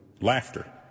laughter